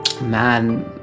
Man